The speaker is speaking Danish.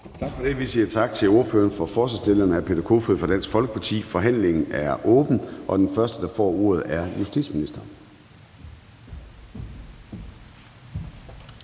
Tak for det. Vi siger tak til ordføreren for forslagsstillerne, hr. Peter Kofod fra Dansk Folkeparti. Forhandlingen er åbnet, og den første, der får ordet, er justitsministeren.